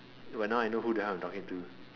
but now I know who the hell I'm talking to